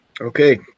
Okay